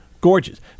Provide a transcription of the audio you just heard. Gorgeous